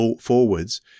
forwards